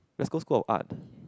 Glasgow school of art